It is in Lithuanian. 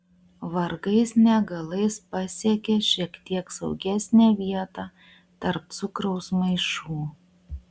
vargais negalais pasiekia šiek tiek saugesnę vietą tarp cukraus maišų